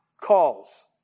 calls